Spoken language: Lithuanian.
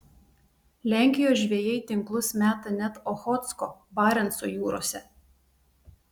lenkijos žvejai tinklus meta net ochotsko barenco jūrose